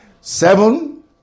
Seven